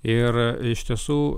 ir iš tiesų